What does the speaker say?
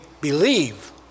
believe